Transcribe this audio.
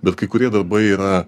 bet kai kurie darbai yra